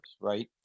right